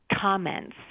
comments